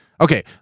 Okay